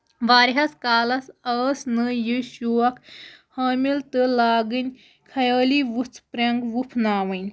واریاہَس کالَس ٲس نہٕ یہِ شوق حٲمِل تہٕ لاگٕنۍ خَیٲلی وُژھ پرینٛگ وُپھ ناوٕنۍ